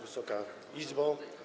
Wysoka Izbo!